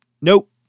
nope